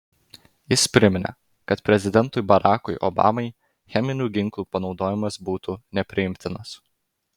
jis priminė kad prezidentui barackui obamai cheminių ginklų panaudojimas būtų nepriimtinas